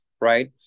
right